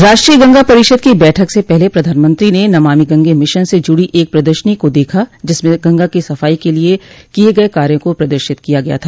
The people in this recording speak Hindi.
राष्ट्रीय गंगा परिषद की बैठक से पहले प्रधानमंत्री ने नमामि गंगे मिशन से जुड़ी एक प्रदर्शनी को देखा जिसमें गंगा की सफाई के लिए किये गये कार्यों को प्रदर्शित किया गया था